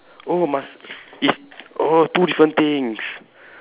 oh must is oh two different things